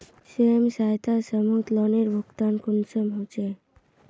स्वयं सहायता समूहत लोनेर भुगतान कुंसम होचे?